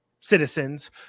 citizens